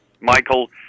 Michael